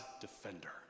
defender